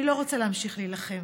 אני לא רוצה להמשיך להילחם.